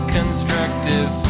constructive